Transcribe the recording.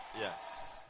Yes